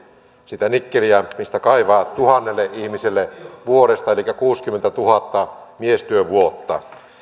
sitä nikkeliä mistä kaivaa tuhannelle ihmiselle vuodessa eli kuusikymmentätuhatta miestyövuotta